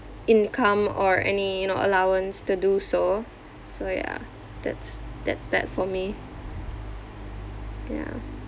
income or any you know allowance to do so so ya that's that's that for me ya